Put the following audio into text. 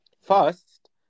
first